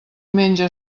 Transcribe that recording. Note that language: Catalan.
menja